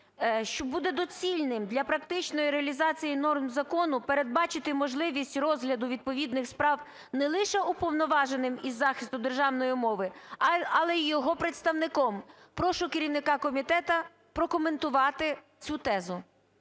що буде доцільним для практичної реалізації норм закону передбачити можливість розгляду відповідних справ не лише Уповноваженим із захисту державної мови, але і його представником. Прошу керівника комітету прокоментувати цю тезу.